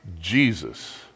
Jesus